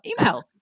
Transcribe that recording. email